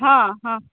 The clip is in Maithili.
हँ हँ